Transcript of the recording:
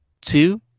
two